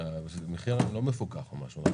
המחיר לא מפוקח, נכון?